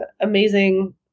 amazing